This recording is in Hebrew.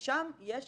ושם יש